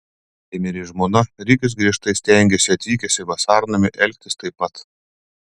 kai mirė žmona rikis griežtai stengėsi atvykęs į vasarnamį elgtis taip pat